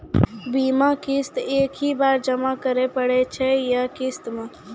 बीमा किस्त एक ही बार जमा करें पड़ै छै या किस्त मे?